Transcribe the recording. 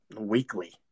weekly